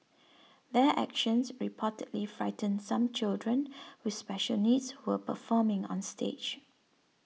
their actions reportedly frightened some children with special needs who were performing on stage